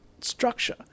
structure